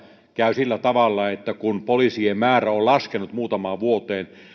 käy sillä tavalla että kun poliisien määrä on laskenut muutaman vuoden aikana